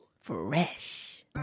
fresh